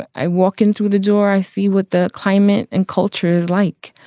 i walk in through the door. i see what the climate and culture is like.